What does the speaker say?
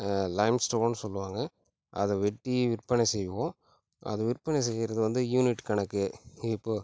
Lime ஸ்டோன்னு சொல்லுவாங்கள் அதை வெட்டி விற்பனை செய்வோம் அது விற்பனை செய்கிறது வந்து யூனிட் கணக்கு இப்போது